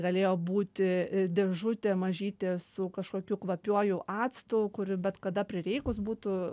galėjo būti dėžutė mažytė su kažkokiu kvapiuoju actu kuri bet kada prireikus būtų